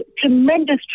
tremendous